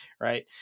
right